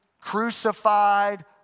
crucified